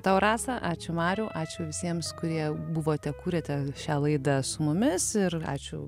tau rasa ačiū mariau ačiū visiems kurie buvote kuriate šią laidą su mumis ir ačiū